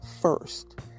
first